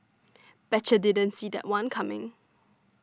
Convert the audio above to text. betcha didn't see that one coming